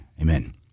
Amen